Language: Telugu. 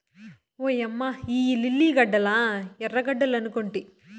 ఓయమ్మ ఇయ్యి లిల్లీ గడ్డలా ఎర్రగడ్డలనుకొంటి